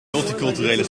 multiculturele